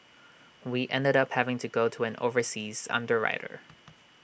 we ended up having to go to an overseas underwriter